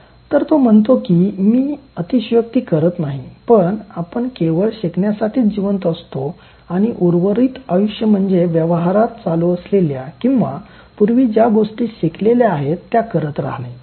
" तर तो म्हणतो की मी अतिशयोक्ती करत नाही पण आपण केवळ शिकण्यासाठीच जिवंत असतो आणि उर्वरित आयुष्य म्हणजे व्यवहारात चालू असलेल्या किंवा पूर्वी ज्या गोष्टी शिकलेल्या आहेत त्या करत राहणे